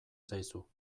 zaizu